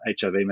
HIV